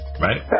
right